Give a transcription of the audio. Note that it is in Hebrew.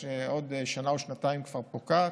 שעוד שנה או שנתיים כבר פוקעת,